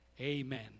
Amen